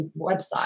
website